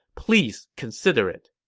please consider it.